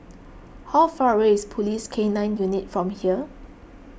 how far away is Police K nine Unit from here